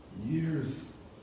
Years